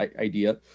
idea